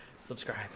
subscribe